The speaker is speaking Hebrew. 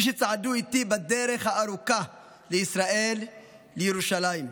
מי שצעדו איתי בדרך הארוכה לישראל ולירושלים,